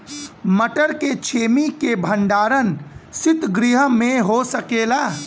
मटर के छेमी के भंडारन सितगृह में हो सकेला?